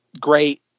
great